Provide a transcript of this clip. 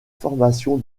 formation